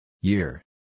Year